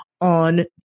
on